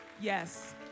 yes